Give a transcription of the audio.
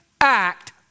act